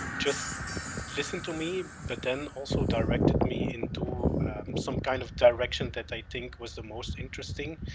just listened to me but then also directed me into some kind of direction that i think was the most interesting,